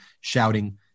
shouting